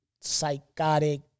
psychotic